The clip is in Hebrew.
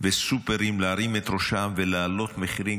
וסופרים להרים את ראשם ולהעלות מחירים